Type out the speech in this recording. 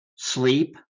sleep